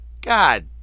God